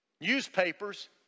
newspapers